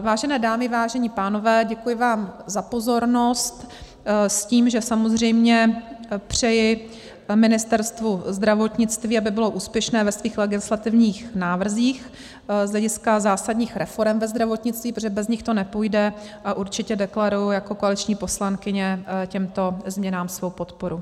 Vážené dámy, vážení pánové, děkuji vám za pozornost s tím, že samozřejmě přeji Ministerstvu zdravotnictví, aby bylo úspěšné ve svých legislativních návrzích z hlediska zásadních reforem ve zdravotnictví, protože bez nich to nepůjde, a určitě deklaruji jako koaliční poslankyně těmto změnám svou podporu.